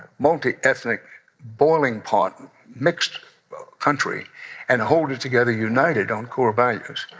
multi-ethnic boiling pot mixed country and hold it together united on core values.